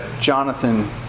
Jonathan